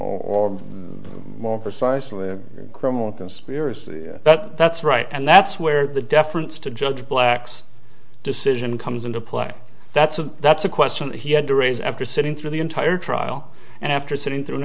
or more precisely a criminal conspiracy but that's right and that's where the deference to judge black's decision comes into play that's a that's a question he had to raise after sitting through the entire trial and after sitting through an